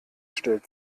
stellt